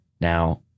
Now